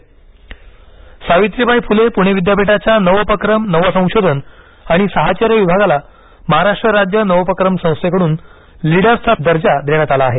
leaders दर्जा सावित्रीबाई फुले पूणे विद्यापीठाच्या नवोपक्रम नवसंशोधन आणि साहचर्य विभागाला महाराष्ट्र राज्य नवोपक्रम संस्थेकडून लीडर्सचा दर्जा देण्यात आला आहे